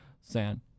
san